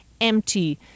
empty